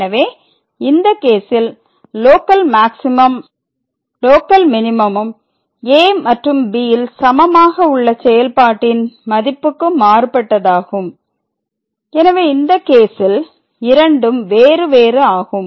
எனவே இந்த கேசில் லோக்கல் மேக்ஸிமம் ம் லோக்கல் மினிமம் a மற்றும் b ல் சமமாக உள்ள செயல்பாட்டின் மதிப்புக்கு மாறுபட்டதாகும் எனவே இந்த கேசில் இரண்டும் வேறு வேறு ஆகும்